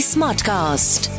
Smartcast